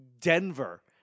Denver